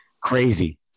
Crazy